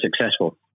successful